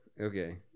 okay